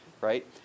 Right